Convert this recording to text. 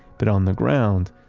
but on the ground,